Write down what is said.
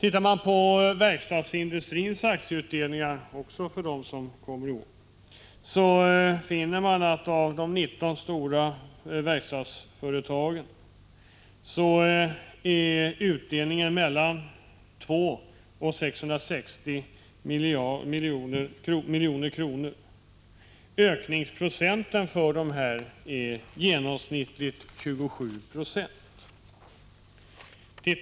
Ser man på verkstadsindustrins aktieutdelningar för i år, så finner man att de 19 stora verkstadsföretagens utdelningar varierar mellan 2 och 660 milj.kr. Ökningsprocenten för dessa är genomsnittligt 27 9.